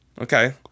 Okay